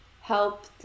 help